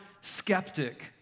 skeptic